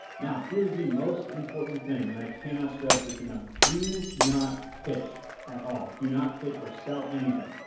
now, here's the most important thing and i cannot stress this enough, do not pitch at all, do not pitch or sell anything.